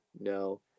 no